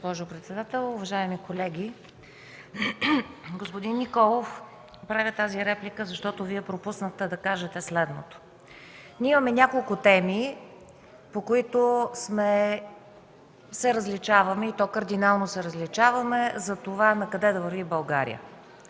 колеги! Господин Николов, правя тази реплика, защото Вие пропуснахте да кажете следното. Ние имаме няколко теми, по които се различаваме, и то кардинално се различаваме, за това накъде да върви България.